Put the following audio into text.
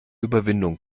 überwindung